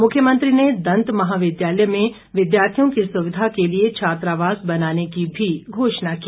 मुख्यमंत्री ने दंत महाविद्यालय में विद्यार्थियों की सुविधा के लिए छात्रावास बनाने की भी घोषणा की